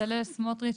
בצלאל סמוטריץ',